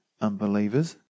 unbelievers